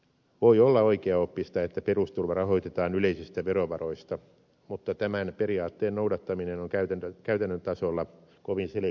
voi olla oikeaoppista että perusturva rahoitetaan yleisistä verovaroista mutta tämän periaatteen noudattaminen on käytännön tasolla kovin selektiivistä